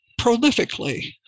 prolifically